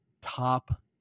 top